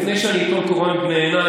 לפני שאני אטול קורה מבין עיניי,